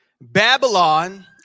Babylon